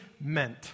meant